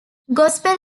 gospel